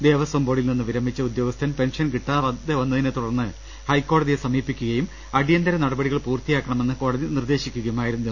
ദേവസ്വം ബോർഡിൽ നിന്ന് വിരമിച്ച ഉദ്യോഗസ്ഥൻ പെൻഷൻ കിട്ടാതെവന്നതിനെ ്തുടർന്ന് ഹൈക്കോടതിയെ സമീപിക്കുകയും അടിയന്തര നടപടികൾ പൂർത്തിയാക്കണമെന്ന് കോടതി നിർദേശി ക്കുകയുമായിരുന്നു